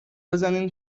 بزنین